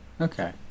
okay